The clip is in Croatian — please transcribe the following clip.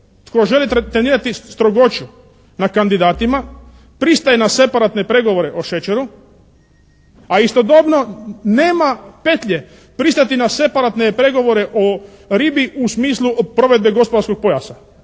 tko želi trenirati strogoću na kandidatima, pristaje na separatne pregovore o šećeru, a istodobno nema petlje pristati na separatne pregovore o ribi u smislu provedbe gospodarskog pojasa.